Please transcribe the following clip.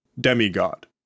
Demigod